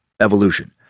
evolution